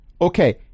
Okay